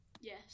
Yes